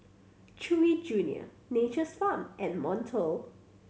Chewy Junior Nature's Farm and Monto